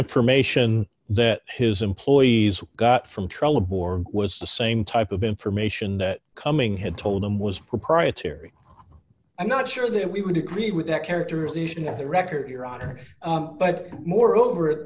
information that his employees got from trial abor was the same type of information that coming had told them was proprietary i'm not sure that we would agree with that characterization of the record your honor but moreover